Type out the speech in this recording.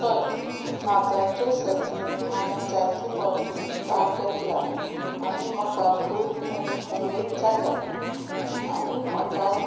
हय नाचाचे सर्तीन हांवेंन जायती पावटी बाग घेतला आनी म्हाका खूब उम उमेद जाल्या आनी म्हाका